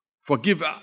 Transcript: Forgive